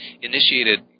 initiated